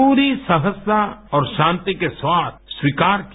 पूरी सहजता और शांति के साथ स्वीकार किया